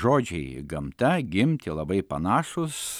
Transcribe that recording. žodžiai gamta gimti labai panašūs